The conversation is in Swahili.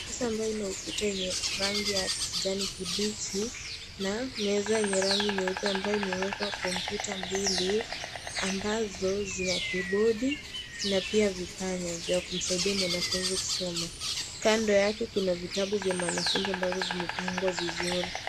Meza ambayo ina ukuta yenye rangi ya kijani kibichi na meza ya rangi nyeupe ambayo imewekwa kompyuta mbili ambazo zina kibodi na pia vipanya vya kusaidia mwanafunzi kusoma. Kando yake kuna vitabu vya mwanafunzi ambavyo vimepangwa vizuri.